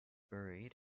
buried